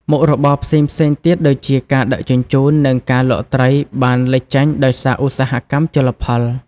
មុខរបរផ្សេងៗទៀតដូចជា ការដឹកជញ្ជូន និងការលក់ត្រីបានលេចចេញដោយសារឧស្សាហកម្មជលផល។